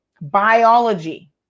Biology